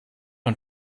man